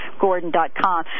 Gordon.com